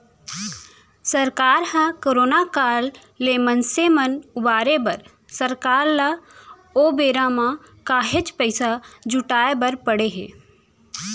सरकार ह करोना काल ले मनसे मन उबारे बर सरकार ल ओ बेरा म काहेच पइसा जुटाय बर पड़े हे